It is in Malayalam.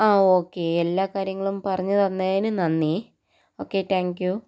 ആ ഓക്കെ എല്ലാ കാര്യങ്ങളും പറഞ്ഞ് തന്നതിന് നന്ദി ഓക്കെ ടാങ്ക് യൂ